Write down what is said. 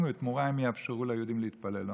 ובתמורה הם יאפשרו ליהודים להתפלל.